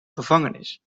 gevangenis